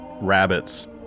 rabbits